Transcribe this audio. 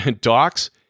Docs